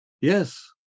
Yes